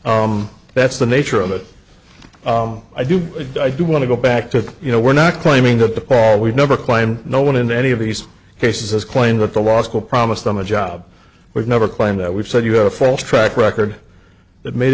alleging that's the nature of it i do but i do want to go back to you know we're not claiming that the paul we've never claimed no one in any of these cases has claimed what the law school promised them a job we've never claimed that we've said you have a false track record that made